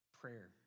prayer